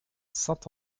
saint